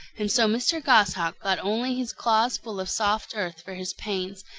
and so mr. goshawk got only his claws full of soft earth for his pains,